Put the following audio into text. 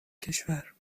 کشور